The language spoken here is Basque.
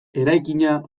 eraikina